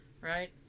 Right